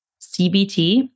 CBT